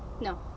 No